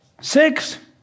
Six